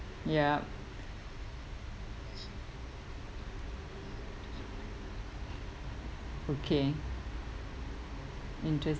yup okay interest